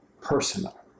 personal